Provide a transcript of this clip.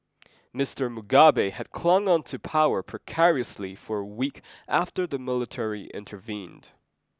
Mister Mugabe had clung on to power precariously for a week after the military intervened